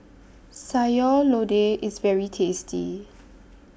Sayur Lodeh IS very tasty